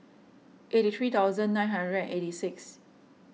eighty three thousand nine hundred and eighty six